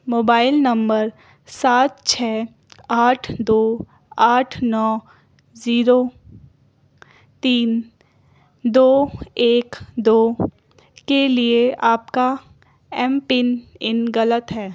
mobile number سات چھ آٹھ دو آٹھ نو زیرو تین دو ایک دو کے لیے آپ کا ایم پن ان غلط ہے